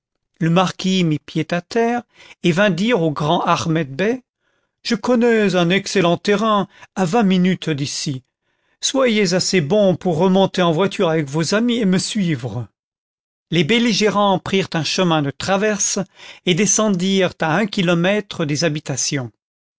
le marquis mit pied à terre et vint dire au grand ahmedbey je connais un excellent terrain à vingt minutes d'ici soyez assez bon pour remonter en voiture avec vos amis et me suivre les belligérants prirent un chemin de traverse et descendirent à un kilomètre des habitations